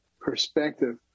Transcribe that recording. perspective